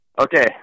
okay